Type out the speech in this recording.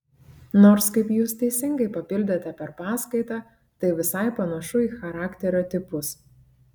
nors kaip jūs teisingai papildėte per paskaitą tai visai panašu į charakterio tipus